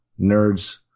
nerds